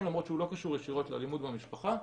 למרות שהוא לא קשור ישירות לאלימות במשפחה,